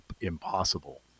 impossible